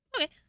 Okay